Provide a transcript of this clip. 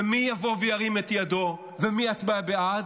ומי יבוא וירים את ידו ומי יצביע בעד?